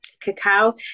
cacao